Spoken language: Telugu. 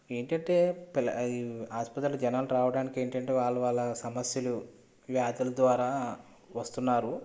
ఏంటంటే ఆసుపత్రిలో జనాలు రావడానికి ఏంటంటే వాళ్ళు వాళ్ళ సమస్యలు వ్యాధులు ద్వారా వస్తున్నారు